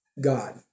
God